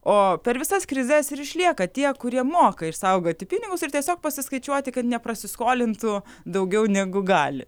o per visas krizes ir išlieka tie kurie moka išsaugoti pinigus ir tiesiog pasiskaičiuoti kad neprasiskolintų daugiau negu gali